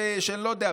שאני לא יודע,